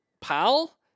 pal